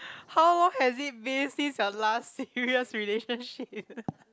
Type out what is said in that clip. how long has it been since your last serious relationship